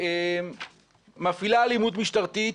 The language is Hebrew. מפעילה אלימות משטרתית,